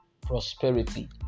prosperity